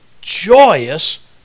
joyous